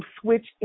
switch